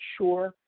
sure